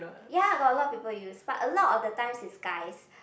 ya got a lot of people use but a lot of the times is guys